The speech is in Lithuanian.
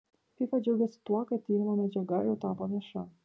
fifa džiaugiasi tuo kad tyrimo medžiaga jau tapo vieša